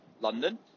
London